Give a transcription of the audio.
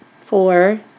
four